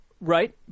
Right